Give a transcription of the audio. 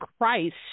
Christ